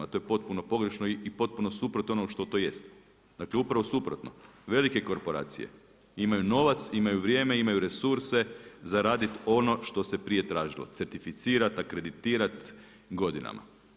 To je potpuno pogrešno i potpuno suprotno od onoga što to jest, dakle upravo suprotno velike korporacije imaju novac, imaju vrijeme, imaju resurse za radit ono što se prije tražilo certificirat, akreditirat godinama.